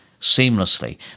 seamlessly